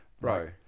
Bro